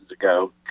ago